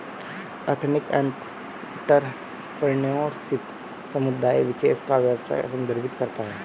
ethnic entrepreneurship समुदाय विशेष का व्यवसाय संदर्भित करता है